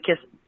kiss